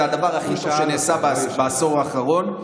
זה הדבר הכי טוב שנעשה בעשור האחרון,